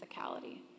physicality